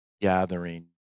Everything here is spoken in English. gathering